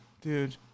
Dude